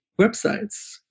websites